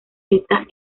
esta